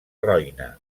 roine